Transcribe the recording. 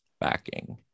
backing